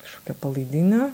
kažkokia palaidinė